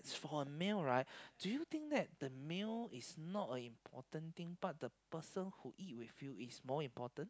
for male right do you think that the male is not a important thing part the person who eats with you is more important